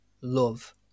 love